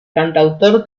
cantautor